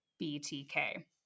BTK